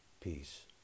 peace